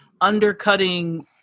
undercutting